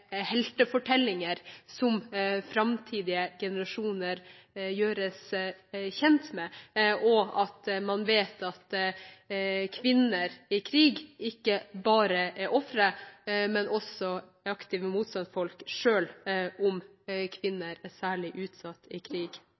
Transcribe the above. framtidige generasjoner gjøres kjent med slike heltefortellinger, og at man vet at kvinner i krig ikke bare er ofre, men også aktive motstandsfolk, selv om kvinner er særlig utsatt i krig.